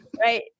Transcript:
Right